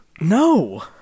no